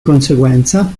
conseguenza